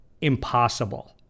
impossible